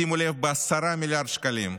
שימו לב, ב-10 מיליארד שקלים.